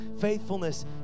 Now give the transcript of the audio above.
faithfulness